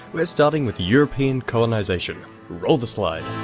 we're starting with european colonization roll the slide